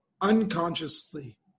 unconsciously